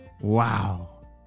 Wow